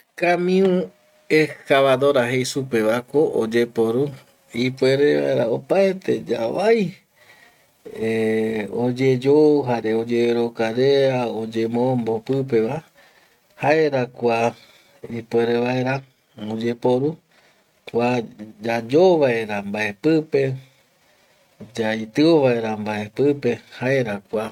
Kamiu excavadora jei supevako oyeporu ipuere vaera opaete yavai eh oyeyo jare oyererokarea, oyemombo pipeva jaerako kua ipuere vaera oyeporu kua yayo vaera mbae pipe, yaitio vaera mbae pipe jaera kua